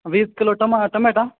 વીસ કિલો ટમા ટમેટાં